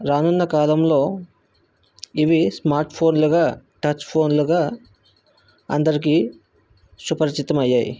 రానున్న కాలంలో ఇవి స్మార్ట్ ఫోన్లుగా టచ్ ఫోన్లుగా అందరికీ సుపరిచితమయ్యాయి